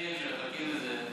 ונכים מחכים לזה.